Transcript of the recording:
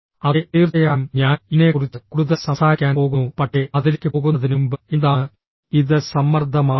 അതെ തീർച്ചയായും ഞാൻ ഇതിനെക്കുറിച്ച് കൂടുതൽ സംസാരിക്കാൻ പോകുന്നു പക്ഷേ അതിലേക്ക് പോകുന്നതിനുമുമ്പ് എന്താണ് ഇത് സമ്മർദ്ദമാണോ